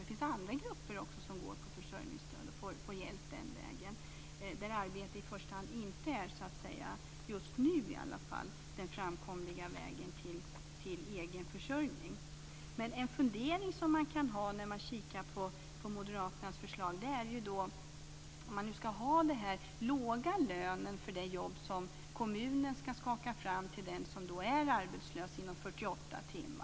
Men det finns också andra grupper som har försörjningsstöd och får hjälp den vägen. Hos dem är arbete inte i första hand, just nu i alla fall, den framkomliga vägen till egen försörjning. En fundering som man kan ha när man kikar på Moderaternas förslag är om man ska ha den här låga lönen för det jobb som kommunen ska skaka fram inom 48 timmar till den som är arbetslös.